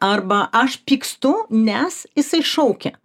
arba aš pykstu nes jisai šaukia